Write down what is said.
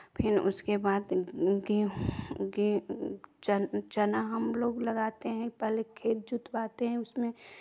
फिर उसके बाद गेहूं गें च चना हमलोग लगाते हैं पहले खेत जुतवाते हैं उसमें